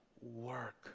work